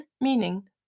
meaning